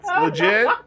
Legit